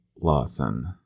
Lawson